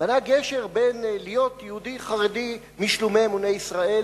בין להיות יהודי חרדי משלומי אמוני ישראל,